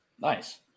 Nice